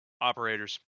Operators